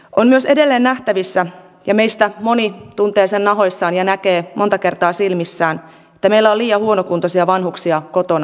on myös edelleen nähtävissä ja meistä moni tuntee sen nahoissaan ja näkee monta kertaa silmissään että meillä on liian huonokuntoisia vanhuksia kotona asumassa